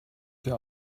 der